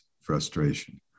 frustration